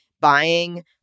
buying